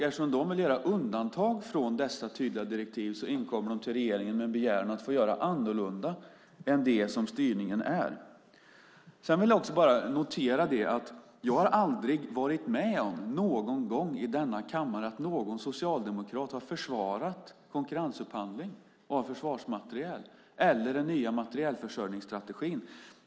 Eftersom FMV vill göra undantag från dessa tydliga direktiv inkommer man till regeringen med en begäran om att få göra annorlunda än enligt styrningen. Sedan vill jag bara notera att jag aldrig har varit med om någon gång i denna kammare att någon socialdemokrat har försvarat konkurrensupphandling av försvarsmateriel eller den nya materielförsörjningsstrategin.